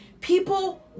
people